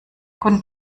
guten